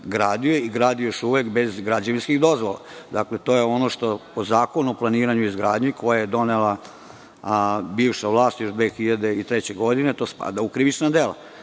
gradi i grade još uvek bez građevinskih dozvola? To je ono što po Zakonu o planiranju i izgradnji, koji je donela bivša vlast još 2003. godine, spada u krivično